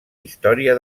història